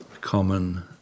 common